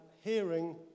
hearing